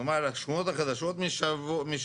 כלומר, השכונות החדשות משלמות,